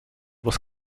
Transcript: was